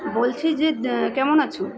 বলছি যে কেমন আছো